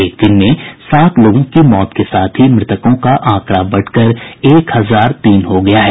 एक दिन में सात लोगों की मौत के साथ ही मृतकों का आंकड़ा बढ़कर एक हजार तीन हो गया है